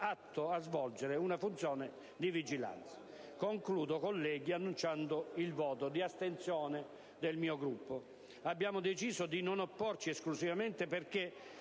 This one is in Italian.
atto a svolgere una funzione di vigilanza. Concludo, colleghi, annunciando il voto di astensione del mio Gruppo. Abbiamo deciso di non opporci, esclusivamente perché